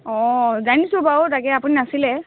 অঁ জানিছোঁ বাৰু তাকে আপুনি নাছিলে